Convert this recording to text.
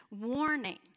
warning